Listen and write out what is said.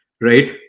right